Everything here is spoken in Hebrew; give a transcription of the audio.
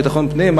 כשר לביטחון פנים,